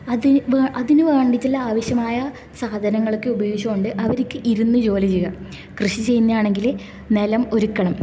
അത് അതിന് വേണ്ടീട്ടുള്ള ആവശ്യമായ സാധനങ്ങളൊക്കെ ഉപയോഗിച്ച് കൊണ്ട് അവർക്ക് ഇരുന്ന് ജോലി ചെയ്യാ കൃഷി ചെയ്യുന്ന ആണെങ്കിൽ നിലം ഒരുക്കണം